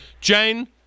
Jane